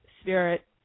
spirit